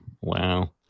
Wow